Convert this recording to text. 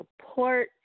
support